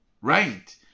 Right